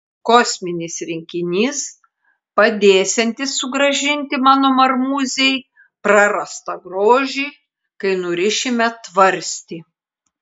kosminis rinkinys padėsiantis sugrąžinti mano marmūzei prarastą grožį kai nurišime tvarstį